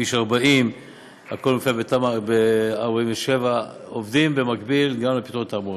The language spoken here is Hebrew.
כביש 40. הכול מופיע בתמ"א 47. עובדים במקביל גם על פתרונות תחבורתיים.